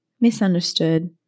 misunderstood